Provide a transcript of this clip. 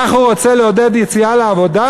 כך הוא רוצה לעודד יציאה לעבודה?